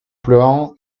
pleurant